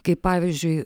kaip pavyzdžiui